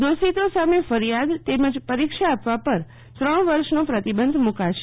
દોષિતો સામે ફરિયાદ તેમજ પરીક્ષા આપવા પર ત્રણ વર્ષનો પ્રતિબંધ મુકાશે